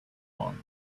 one